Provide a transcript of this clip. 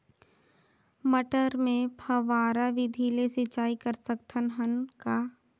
मटर मे फव्वारा विधि ले सिंचाई कर सकत हन का?